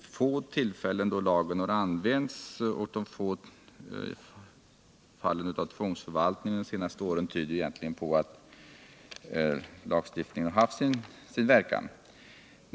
De få tillfällen vid vilka lagen används och det lilla antalet fall av tvångsförvaltning som förekommit under de senaste åren tyder egentligen på att lagstiftningen haft sin verkan.